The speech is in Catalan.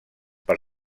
per